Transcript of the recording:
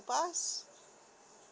pass